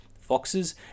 foxes